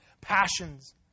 passions